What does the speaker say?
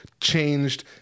changed